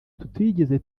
tutigeze